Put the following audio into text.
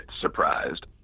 surprised